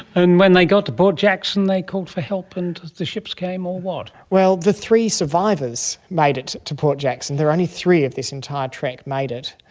and when they got to port jackson they called for help and the ships came, or what? well, the three survivors made it to port jackson. only three of this entire trek made it.